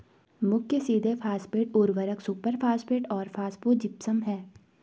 मुख्य सीधे फॉस्फेट उर्वरक सुपरफॉस्फेट और फॉस्फोजिप्सम हैं